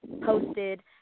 posted